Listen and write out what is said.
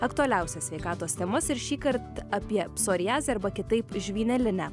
aktualiausias sveikatos temas ir šįkart apie psoriazę arba kitaip žvynelinę